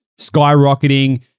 skyrocketing